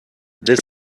this